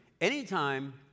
anytime